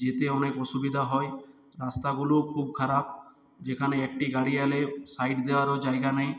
যেতে অনেক অসুবিধা হয় রাস্তাগুলোও খুব খারাপ যেখানে একটি গাড়ি এলে সাইড দেওয়ারও জায়গা নেই